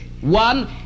one